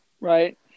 Right